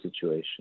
situation